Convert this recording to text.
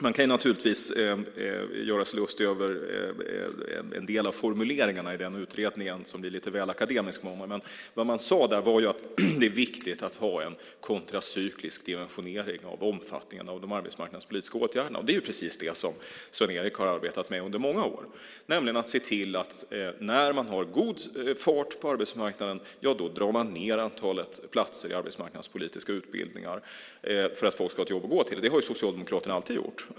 Man kan naturligtvis göra sig lustig över en del formuleringar i den utredningen, som är lite väl akademisk, men vad man sade var att det är viktigt att ha en kontracyklisk dimensionering av omfattningen av de arbetsmarknadspolitiska åtgärderna. Det är precis vad Sven-Erik har arbetat med under många år, nämligen att se till att när man har god fart på arbetsmarknaden drar man ned på antalet platser i arbetsmarknadspolitiska utbildningar för att folk ska ha ett jobb att gå till. Det har Socialdemokraterna alltid gjort.